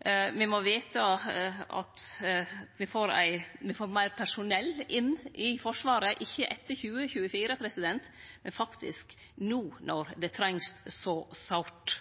me får meir personell inn i Forsvaret – ikkje etter 2024, men faktisk no, når det trengst så sårt.